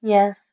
Yes